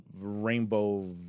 rainbow